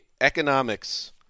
economics